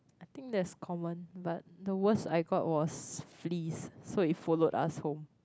I that's common but the worst I got was fleas so it followed us home